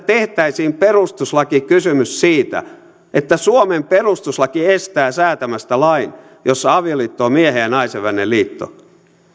tehtäisiin perustuslakikysymys siitä että suomen perustuslaki estää säätämästä lain jossa avioliitto on miehen ja naisen välinen liitto